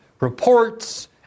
reports